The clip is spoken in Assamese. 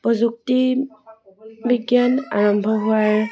প্ৰযুক্তি বিজ্ঞান আৰম্ভ হোৱাৰ